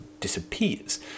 disappears